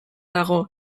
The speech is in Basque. dago